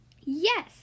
Yes